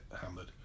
hammered